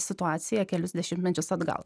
situaciją kelis dešimtmečius atgal